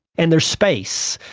and there's space.